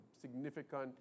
significant